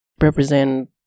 represent